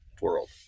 world